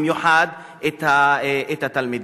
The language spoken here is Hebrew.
במיוחד התלמידים.